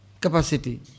capacity